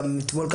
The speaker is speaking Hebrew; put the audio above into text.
גם אתמול,